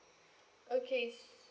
okay